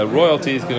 royalties